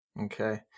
Okay